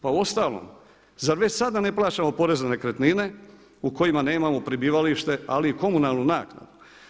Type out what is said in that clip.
Pa uostalom zar već sada ne plaćamo porez na nekretnine u kojima nemamo prebivalište ali i komunalnu naknadu?